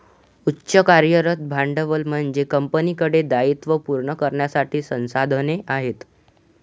उच्च कार्यरत भांडवल म्हणजे कंपनीकडे दायित्वे पूर्ण करण्यासाठी संसाधने आहेत